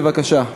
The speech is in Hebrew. בבקשה.